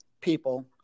people